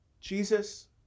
Jesus